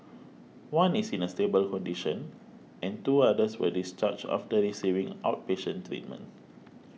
one is in a stable condition and two others were discharged after receiving outpatient treatment